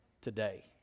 today